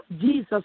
Jesus